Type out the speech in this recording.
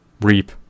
reap